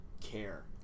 care